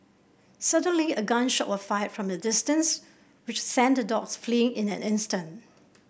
suddenly a gun shot was fired from the distance which sent the dogs fleeing in an instant